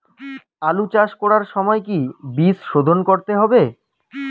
আলু চাষ করার সময় কি বীজ শোধন করতে হবে?